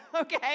Okay